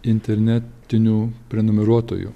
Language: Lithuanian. interne tinių prenumeruotojų